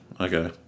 Okay